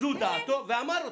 זו דעתו, ואמר אותה.